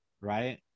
right